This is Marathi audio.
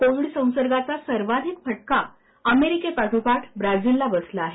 कोविड संसर्गाचा सर्वाधिक फटका अमेरिकेपाठोपाठ ब्राझीलला बसला आहे